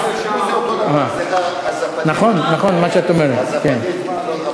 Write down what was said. אנחנו עוברים להצעות לסדר-היום